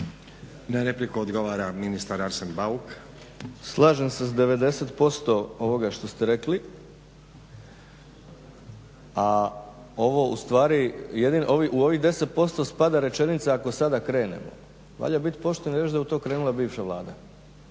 Na repliku odgovara ministar Arsen Bauk. **Bauk, Arsen (SDP)** Slažem se sa 90% ovoga što ste rekli, a ovo u stvari, u ovih 10% spada rečenica ako sada krenemo. Valja bit pošten i reći da je u to krenula bivša Vlada,